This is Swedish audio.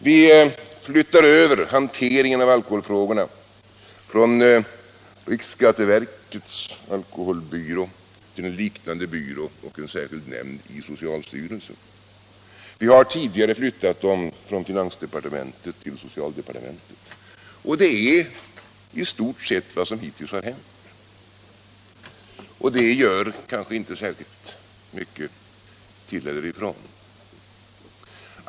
Vi flyttar över hanteringen av alkoholfrågorna från riksskatteverkets alkoholbyrå till en liknande byrå och en särskild nämnd i socialstyrelsen. Vi har tidigare flyttat dem från finansdepartementet till socialdepartementet. Det är i stort sett vad som hittills har hänt. Och det gör kanske inte särskilt mycket till eller ifrån.